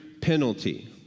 penalty